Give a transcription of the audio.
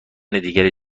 دیگری